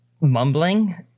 mumbling